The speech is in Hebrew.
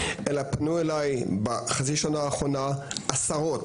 אלא פנו אליי בחצי שנה האחרונה עשרות,